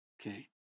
okay